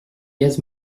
gaz